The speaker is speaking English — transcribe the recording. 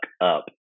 up